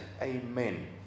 Amen